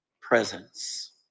presence